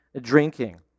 drinking